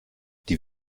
die